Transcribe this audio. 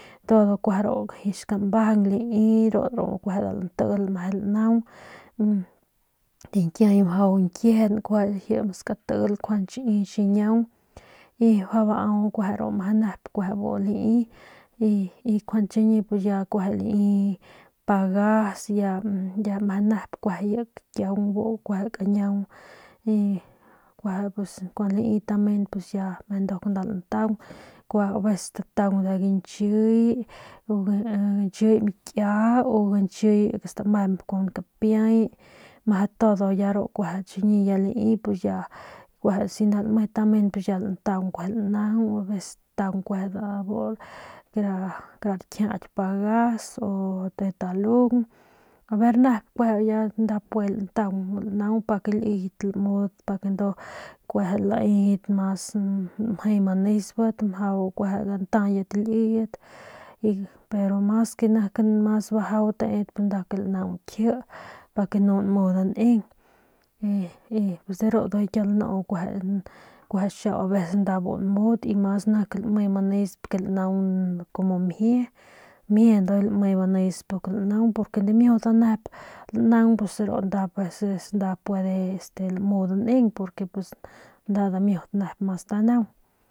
Todo ru skambajang lai ru guejel lantiil lanaung diñkiay mjau nkiejen gua ji ma skatil kjuande xii xiñiang y mjau bau kueje meje nep bu lai y kjuande chiñi ya kueje lai pagas ya meje nep kueje ya kakiung bu kañiang y kueje pus kun lai tamen pus ya meje nduk nda lantaung kueje aveces nda stataung nda gañchiy gañchiy mikia u gañchiy stamemp kun kapiay meje todo ya chiñi ya lai pus ya kueje si ya lame tamen pus ya lantaung nda naung pus stataung kara kjiaki pagas u de talung ver nep nda kueje lantaung.